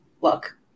look